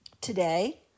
today